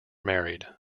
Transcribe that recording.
married